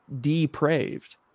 depraved